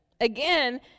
Again